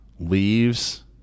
Leaves